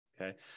Okay